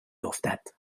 افتد